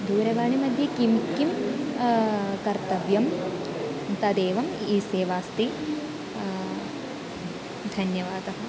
दूरवाणीमध्ये किं किं कर्तव्यं तदेवम् इ सेवा अस्ति धन्यवादः